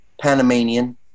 Panamanian